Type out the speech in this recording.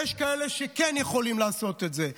ויש כאלה שכן יכולים לעשות את זה,